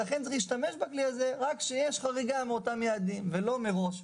ולכן צריך להשתמש בכלי הזה רק כשיש חריגה מאותם יעדים ולא מראש.